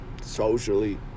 socially